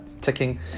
ticking